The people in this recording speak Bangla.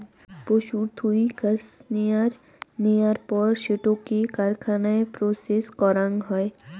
পশুর থুই কাশ্মেয়ার নেয়ার পর সেটোকে কারখানায় প্রসেস করাং হই